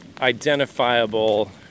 identifiable